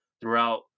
throughout